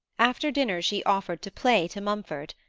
after dinner she offered to play to mumford,